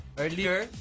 Earlier